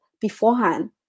beforehand